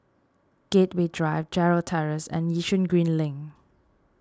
Gateway Drive Gerald Terrace and Yishun Green Link